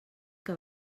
que